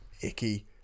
icky